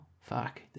fuck